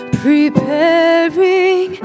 preparing